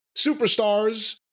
superstars